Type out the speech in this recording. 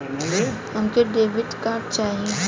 हमके debit card चाही?